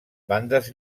bandes